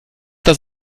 das